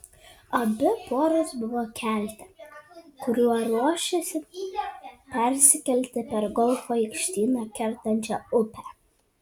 abi poros buvo kelte kuriuo ruošėsi persikelti per golfo aikštyną kertančią upę